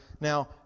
now